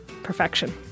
Perfection